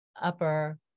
upper